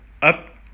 Up